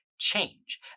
change